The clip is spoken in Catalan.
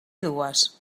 dues